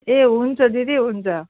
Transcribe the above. ए हुन्छ दिदी हुन्छ